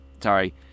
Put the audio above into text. Sorry